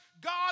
God